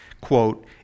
quote